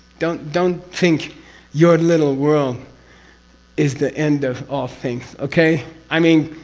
don't don't think your little world is the end of all things okay? i mean